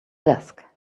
desk